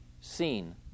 seen